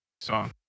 song